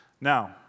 Now